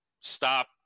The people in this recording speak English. stop